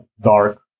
dark